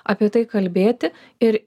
apie tai kalbėti ir